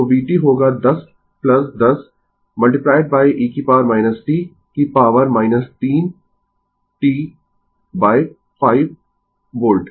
तो vt होगा 10 10 e t की पॉवर 3 t 5 वोल्ट